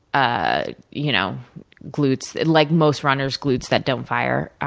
ah you know gluts like most runners, gluts that don't fire.